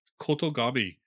Kotogami